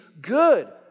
good